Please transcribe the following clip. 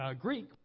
Greek